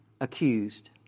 accused